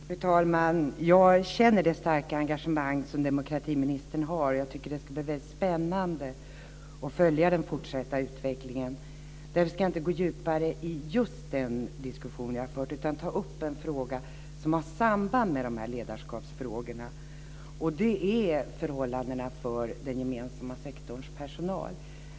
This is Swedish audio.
Fru talman! Jag känner det starka engagemang som demokratiministern har. Jag tycker att det ska bli väldigt spännande att följa den fortsatta utvecklingen. Därför ska jag inte gå in djupare på just den diskussion som vi har fört utan ta upp en fråga som har samband med dessa ledarskapsfrågor. Det handlar om förhållandena för den gemensamma sektorns personal.